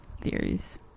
Theories